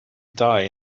die